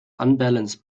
unbalanced